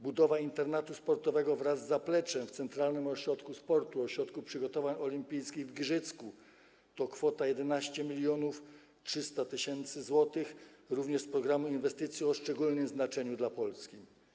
Budowa internatu sportowego wraz z zapleczem w Centralnym Ośrodku Sportu - Ośrodku Przygotowań Olimpijskich w Giżycku - kwota 11 300 tys. zł, również z „Programu inwestycji o szczególnym znaczeniu dla sportu”